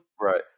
Right